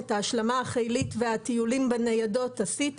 את ההשלמה החילית והטיולים בניידות עשיתי